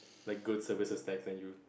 like good services tax and you